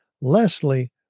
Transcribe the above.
Leslie